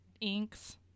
inks